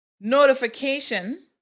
notification